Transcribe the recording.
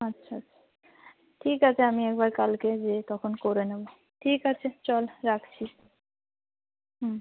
আচ্ছা ঠিক আছে আমি একবার কালকে যেয়ে তখন করে নেবো ঠিক আছে চল রাখছি হুম